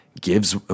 gives